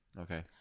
Okay